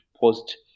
post